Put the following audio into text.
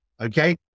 okay